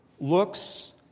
looks